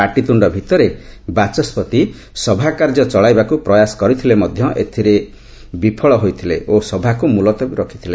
ପାଟିତୁଣ୍ଡ ଭିତରେ ବାଚସ୍କତି ସଭାକାର୍ଯ୍ୟ ଚଳାଇବାକୁ ପ୍ରୟାସ କରିଥିଲେ ମଧ୍ୟ ଏଥିରେ ବିଫଳ ହୋଇଥିଲେ ଓ ସଭାକୁ ମୁଲତବୀ ରଖିଥିଲେ